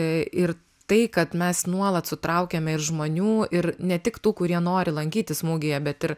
ir tai kad mes nuolat sutraukiame ir žmonių ir ne tik tų kurie nori lankytis mugėje bet ir